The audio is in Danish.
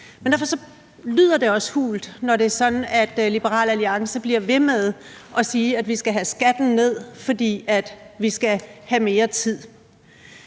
Derfor lyder det også hult, når Liberal Alliance bliver ved med at sige, at vi skal have skatten ned, fordi vi skal have mere tid.